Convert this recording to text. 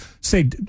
Say